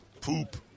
poop